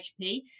HP